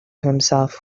himself